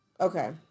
Okay